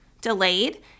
delayed